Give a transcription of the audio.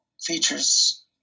features